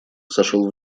сошел